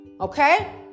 Okay